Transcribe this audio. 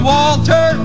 Walter